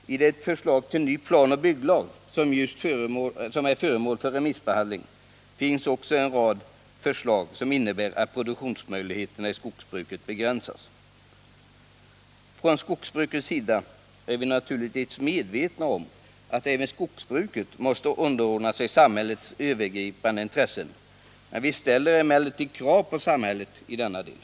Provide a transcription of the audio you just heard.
I det förslag till ny planoch bygglag som är föremål för remissbehandling finns också en rad förslag som innebär att produktionsmöjligheterna i skogsbruket begränsas. Från skogsbrukets sida är vi naturligtvis medvetna om att även skogsbru ket måste underordna sig samhällets övergripande intressen. Vi ställer Nr 148 emellertid krav på samhället i denna del.